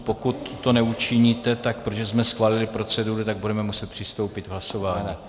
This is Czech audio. Pokud to neučiníte, tak protože jsme schválili proceduru, tak budeme muset přistoupit k hlasování.